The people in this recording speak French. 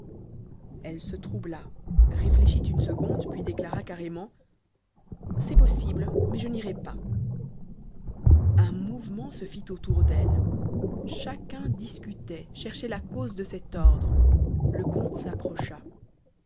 elle se troubla réfléchit une seconde puis déclara carrément c'est possible mais je n'irai pas un mouvement se fit autour d'elle chacun discutait cherchait la cause de cet ordre le comte s'approcha